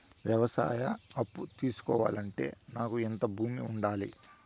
వ్యవసాయ అప్పు తీసుకోవాలంటే నాకు ఎంత భూమి ఉండాలి?